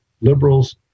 liberals